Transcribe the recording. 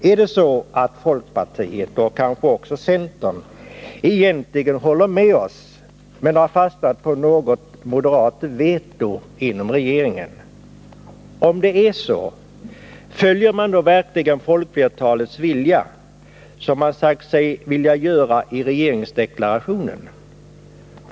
Är det så att folkpartiet och kanske också centern egentligen håller med oss men har fastnat på något moderat veto inom regeringen? Om det är så — följer man då verkligen folkflertalets vilja som man i regeringsdeklarationen sagt sig vilja göra?